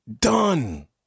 done